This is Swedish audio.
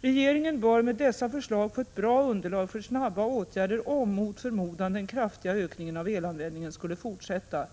Regeringen bör med dessa förslag få ett bra underlag för snabba åtgärder om, mot förmodan, den kraftiga ökningen av elanvändningen skulle fortsätta.